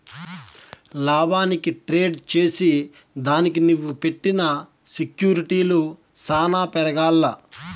లాభానికి ట్రేడ్ చేసిదానికి నువ్వు పెట్టిన సెక్యూర్టీలు సాన పెరగాల్ల